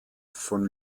von